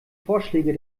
vorschläge